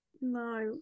No